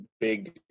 big